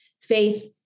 faith